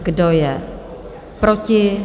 Kdo je proti?